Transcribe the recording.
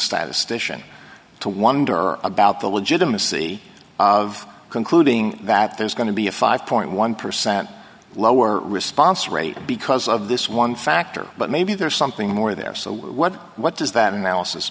statistician to wonder about the legitimacy of concluding that there's going to be a five point one percent lower response rate because of this one factor but maybe there's something more there so what what does that analysis